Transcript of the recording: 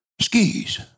skis